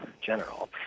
general